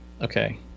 okay